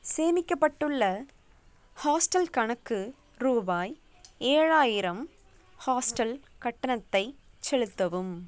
சேமிக்கப்பட்டுள்ள ஹாஸ்ட்டல் கணக்கு ரூபாய் ஏழாயிரம் ஹாஸ்ட்டல் கட்டணத்தை செலுத்தவும்